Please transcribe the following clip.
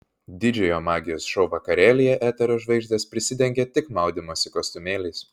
didžiojo magijos šou vakarėlyje eterio žvaigždės prisidengė tik maudymosi kostiumėliais